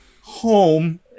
home